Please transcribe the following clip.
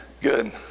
good